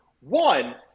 One